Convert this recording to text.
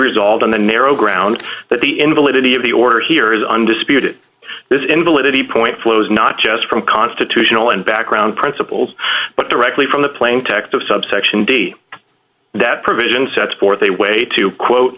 resolved on the narrow grounds that the invalidity of the order here is undisputed this invalidity point flows not just from constitutional and background principles but directly from the plain text of subsection d that provision sets forth a way to quote